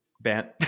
BANT